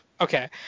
okay